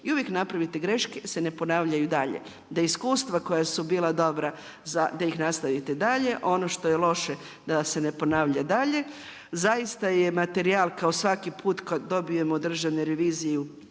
i uvijek napravite greške se ne ponavljaju i dalje, da iskustva koja su bila dobra da ih nastavite dalje. Ono što je loše da se ne ponavlja dalje. Zaista je materijal kao svaki put kad dobijemo Državnu reviziju,